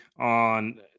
on